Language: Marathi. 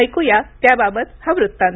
ऐक्या त्याबाबत हा वृत्तांत